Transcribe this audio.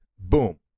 Boom